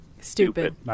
stupid